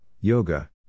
yoga